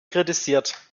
kritisiert